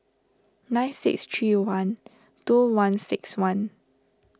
nine six three one two one six one